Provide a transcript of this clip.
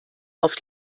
auf